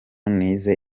nize